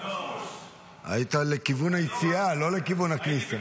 היית לכיוון היציאה, לא לכיוון הכניסה.